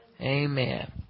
amen